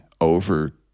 over